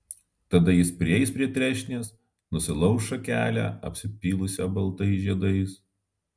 tada jis prieis prie trešnės nulauš šakelę apsipylusią baltais žiedais